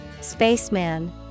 Spaceman